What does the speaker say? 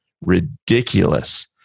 ridiculous